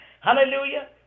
Hallelujah